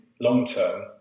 long-term